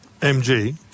MG